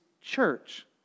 church